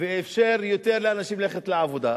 ואִפשר ליותר אנשים ללכת לעבודה.